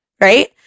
right